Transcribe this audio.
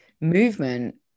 movement